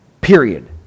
Period